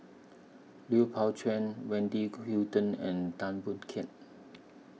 Lui Pao Chuen Wendy Gu Hutton and Tan Boon Teik